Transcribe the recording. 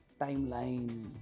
Timeline